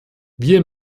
wir